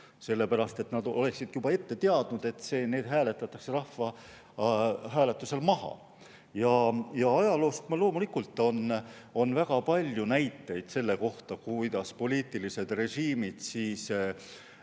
sest nad oleksid juba ette teadnud, et need hääletatakse rahvahääletusel maha. Ajaloos on loomulikult väga palju näiteid selle kohta, kuidas poliitilised režiimid lähevad